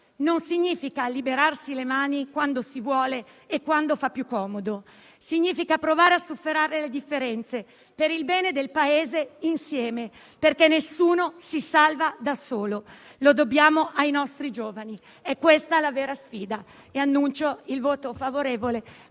non significa liberarsi le mani quando si vuole e quando fa più comodo; significa provare a superare le differenze per il bene del Paese insieme, perché nessuno si salva da solo. Lo dobbiamo ai nostri giovani. È questa la vera sfida. Annuncio pertanto il voto favorevole